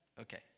Okay